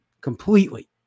completely